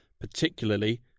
particularly